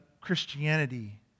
Christianity